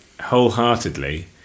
wholeheartedly